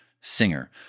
singer